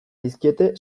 dizkie